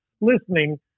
listening